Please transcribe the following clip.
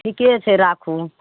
ठिके छै राखू